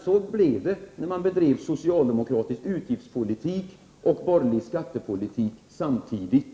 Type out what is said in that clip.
Så blev det när man bedrev socialdemokratisk utgiftspolitik och borgerlig skattepolitik samtidigt.